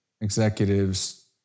executives